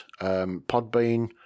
Podbean